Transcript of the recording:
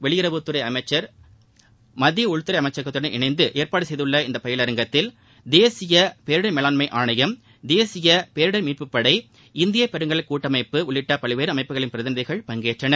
வெளியுறவுத் துறை அமைச்சர் மத்திய உள்துறை அமைச்சகத்தடன் இணைந்து ஏற்பாடு செய்துள்ள இந்த பயிலரங்கத்தில் தேசிய பேரிடர் மேலாண்மை ஆணையம் தேசிய பேரிடர் மீட்புப் படை இந்திய பெருங்கடல் கூட்டமைப்பு உள்ளிட்ட பல்வேறு அமைப்புகளின் பிரதிநிதிகள் பங்கேற்றனர்